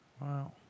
Wow